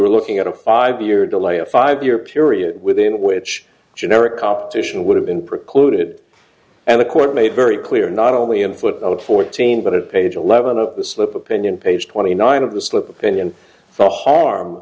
were looking at a five year delay a five year period within which generic competition would have been precluded and the court made very clear not only in footnote fourteen but it page eleven of the slip opinion page twenty nine of the slip opinion the harm